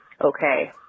Okay